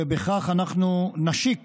ובכך אנחנו נשיק